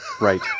Right